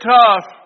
tough